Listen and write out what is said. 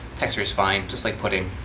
texture is fine, just like pudding.